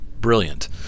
brilliant